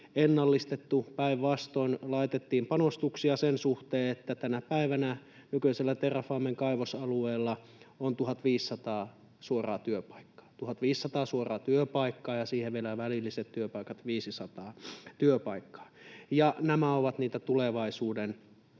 ennallistettu, päinvastoin: Laitettiin panostuksia sen suhteen, että tänä päivänä nykyisellä Terrafamen kaivosalueella on 1 500 suoraa työpaikkaa — 1 500 suoraa työpaikkaa ja siihen vielä 500 välillistä työpaikkaa, ja nämä ovat niitä tulevaisuuden